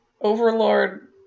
overlord